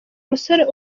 musore